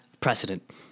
precedent